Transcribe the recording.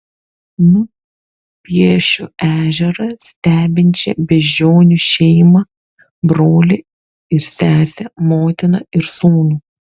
nupiešiu ežerą stebinčią beždžionių šeimą brolį ir sesę motiną ir sūnų